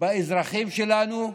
כלפי אזרחים שלנו,